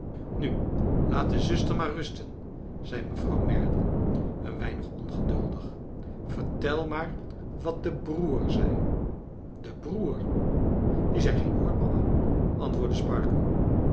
laat de zuster maar rusten zei mevrouw merdle een weinig ongeduldig vertel maar wat de broer zei de broer die zei geen woord mama antwoordde